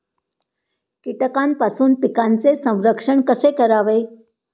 कीटकांपासून पिकांचे संरक्षण कसे करावे?